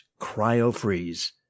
CryoFreeze